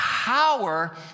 power